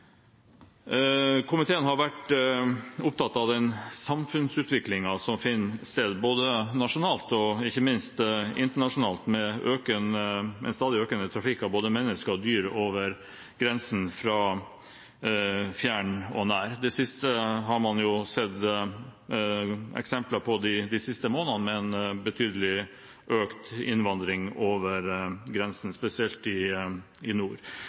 vært opptatt av den samfunnsutviklingen som finner sted både nasjonalt og ikke minst internasjonalt, med stadig økende trafikk av både mennesker og dyr over grensen fra fjern og nær. Det siste har man sett eksempler på de siste månedene med en betydelig økt innvandring over grensen, spesielt i nord. Også via sjøveien er trafikken økende i nord.